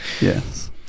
yes